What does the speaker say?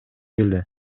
эле